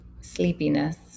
sleepiness